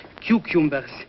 cucumbers